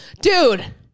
dude